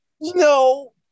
No